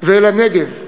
ואל הנגב.